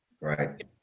Right